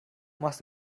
machst